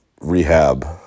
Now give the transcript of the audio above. rehab